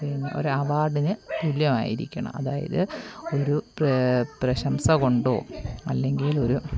ഒരു അവാർഡിന് തുല്യമായിരിക്കണം അതായത് ഒരു പ്രശംസ കൊണ്ടോ അല്ലെങ്കിലൊരു